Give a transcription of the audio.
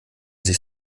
sich